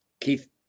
Keith